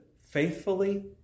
faithfully